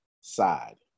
side